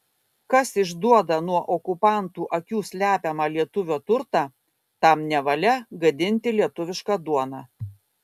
kas išduoda nuo okupantų akių slepiamą lietuvio turtą tam nevalia gadinti lietuvišką duoną